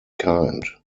kind